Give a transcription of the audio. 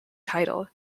titled